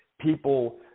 people